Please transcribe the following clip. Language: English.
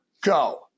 Go